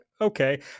okay